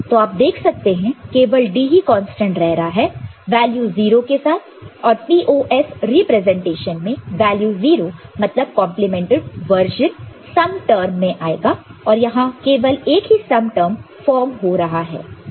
तो आप देख सकते हैं केवल D ही कांस्टेंट रह रहा है वैल्यू0 के साथ और POS रिप्रेजेंटेशन में वैल्यू 0 मतलब कंपलीमेंटड वर्शन सम टर्म में आएगा और यहां केवल एक ही सम टर्म फॉर्म हो रहा है